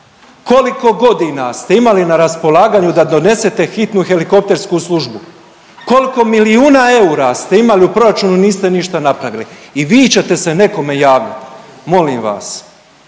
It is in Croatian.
Koliko godina ste imali na raspolaganju da donesete hitnu helikoptersku službu? Koliko milijuna eura ste imali u proračunu i niste ništa napravili? I vi ćete se nekome javljati, molim vas.